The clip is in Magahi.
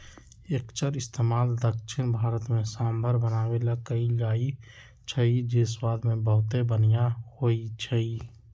एक्कर इस्तेमाल दख्खिन भारत में सांभर बनावे ला कएल जाई छई जे स्वाद मे बहुते बनिहा होई छई